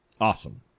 Awesome